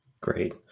Great